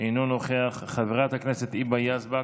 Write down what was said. אינו נוכח, חברת הכנסת היבה יזבק,